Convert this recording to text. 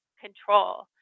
control